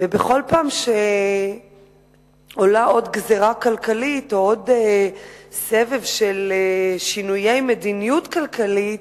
ובכל פעם שעולה עוד גזירה כלכלית או עוד סבב של שינויי מדיניות כלכלית,